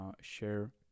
share